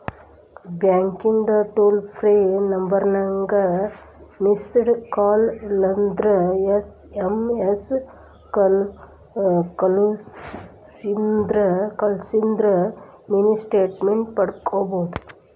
ಬ್ಯಾಂಕಿಂದ್ toll free ನಂಬರ್ಗ missed call ಇಲ್ಲಂದ್ರ ಎಸ್.ಎಂ.ಎಸ್ ಕಲ್ಸುದಿಂದ್ರ ಮಿನಿ ಸ್ಟೇಟ್ಮೆಂಟ್ ಪಡ್ಕೋಬೋದು